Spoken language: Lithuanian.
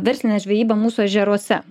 verslinę žvejybą mūsų ežeruose